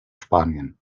spanien